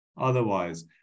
otherwise